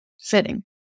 fitting